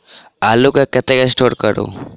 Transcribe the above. आलु केँ कतह स्टोर करू?